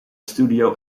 studio